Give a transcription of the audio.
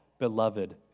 beloved